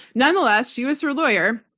nonetheless, she was her lawyer.